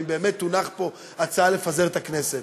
ואם באמת תונח פה הצעה לפזר את הכנסת.